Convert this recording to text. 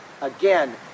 again